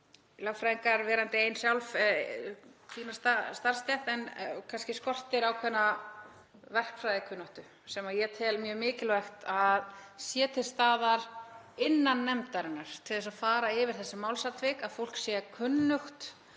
Lögfræðingar, verandi einn sjálf, eru fínasta starfsstétt en þá skortir ákveðna verkfræðikunnáttu sem ég tel mjög mikilvægt að sé til staðar innan nefndarinnar til að fara yfir þessi málsatvik, að fólk sé kunnugt